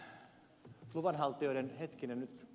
tiusanen taisi kysyä